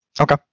Okay